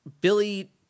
Billy